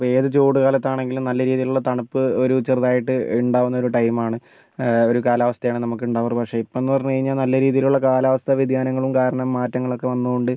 ഇപ്പം ഏത് ചൂടുകാലത്ത് ആണെങ്കിലും നല്ല രീതിയിൽ ഉള്ള തണുപ്പ് ഒരു ചെറുതായിട്ട് ഉണ്ടാകുന്ന ഒരു ടൈമാണ് ഒരു കാലാവസ്ഥയാണ് നമുക്ക് ഉണ്ടാവാറ് പക്ഷെ ഇപ്പോൾ എന്ന് പറഞ്ഞു കഴിഞ്ഞാ നല്ല രീതിയിൽ ഉള്ള കാലാവസ്ഥ വ്യതിയാനങ്ങളും കാരണം മാറ്റങ്ങളൊക്കെ വന്നത് കൊണ്ട്